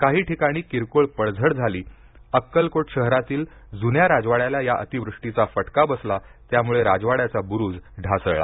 काही ठिकाणी किरकोळ पडझड झाली अक्कलकोट शहरातील जुन्या राजवाड्याला या अतिवृष्टीचा फटका बसला त्यामुळे राजवाड्याचा बुरुज ढासळला